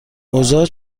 اوضاع